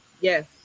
Yes